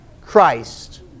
Christ